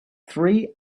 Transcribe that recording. three